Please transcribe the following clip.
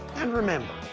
and, remember,